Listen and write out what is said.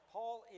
Paul